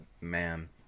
man